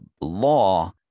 law